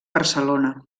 barcelona